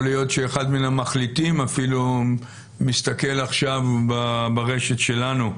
יכול להיות שאחד מן המחליטים אפילו מסתכל עכשיו ברשת שלנו.